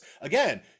again